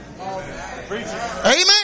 Amen